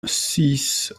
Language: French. six